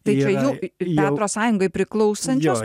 tai čia jų teatro sąjungai priklausančios